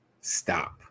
stop